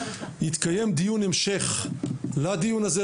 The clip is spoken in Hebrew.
יתקיים דיון המשך לדיון הזה,